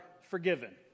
forgiven